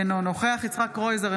אינו נוכח יצחק קרויזר,